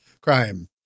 crime